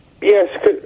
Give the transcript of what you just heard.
yes